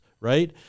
right